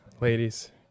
ladies